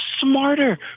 smarter